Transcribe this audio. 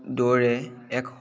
দৌৰে এক